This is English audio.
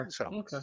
Okay